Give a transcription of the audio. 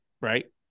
Right